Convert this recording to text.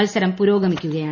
മത്സരം പുരോഗമിക്കുകയാണ്